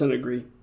agree